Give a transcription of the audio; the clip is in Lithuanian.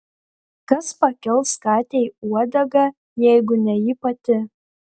kas pakels katei uodegą jeigu ne ji pati